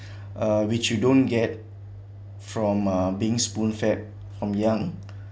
uh which you don't get from a being spoon fed from young